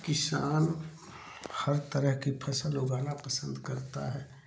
किसान हर तरह के फसल उगाना पसंद करता है